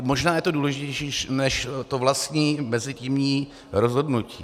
Možná je to důležitější než to vlastní mezitímní rozhodnutí.